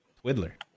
twiddler